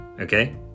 Okay